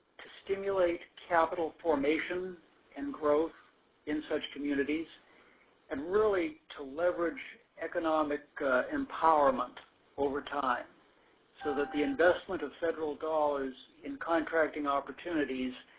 to stimulate capital formation and growth in such communities and really to leverage economic empowerment over time so that the investment of federal dollars in contracting opportunities